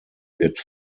wird